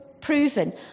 proven